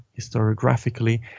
historiographically